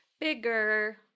Bigger